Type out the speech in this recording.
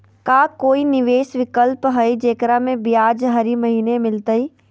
का कोई निवेस विकल्प हई, जेकरा में ब्याज हरी महीने मिलतई?